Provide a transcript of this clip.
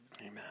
Amen